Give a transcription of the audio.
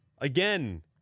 again